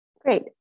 Great